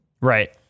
right